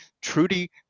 trudy